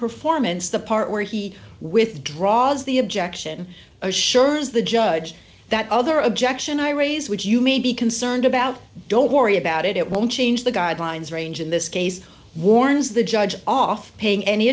performance the part where he withdraws the objection assures the judge that other objection i raise which you may be concerned about don't worry about it it won't change the guidelines range in this case warns the judge off paying any